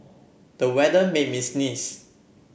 the weather made me sneeze